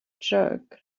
jug